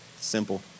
Simple